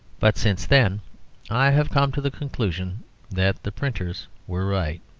but since then i have come to the conclusion that the printers were right.